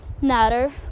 matter